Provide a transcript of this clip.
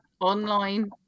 online